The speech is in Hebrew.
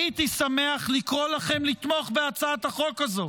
הייתי שמח לקרוא לכם לתמוך בהצעת החוק הזו,